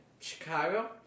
Chicago